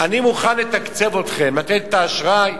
אני מוכן לתקצב אתכם, לתת את האשראי,